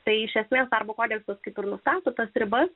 tai iš esmės darbo kodeksas kaip ir sampratos ribas